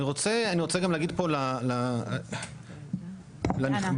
אני רוצה גם להגיד פה לדנה מגרינפיס.